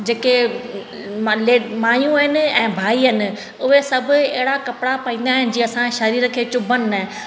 जेके मले माइयूं आहिनि ऐं भाई आहिनि उहे सभु अहिड़ा कपिड़ा पाईंदा आहिनि जीअं असां शरीर खे चुबनि न